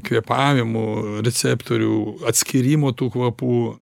kvėpavimų receptorių atskyrimo tų kvapų